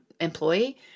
employee